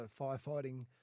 firefighting